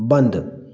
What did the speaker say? बंद